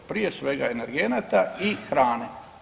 Prije svega energenata i hrane.